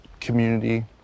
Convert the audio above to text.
community